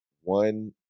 one